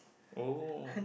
oh